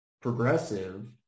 progressive